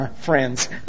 friends